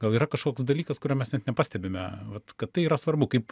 gal yra kažkoks dalykas kurio mes net nepastebime vat kad tai yra svarbu kaip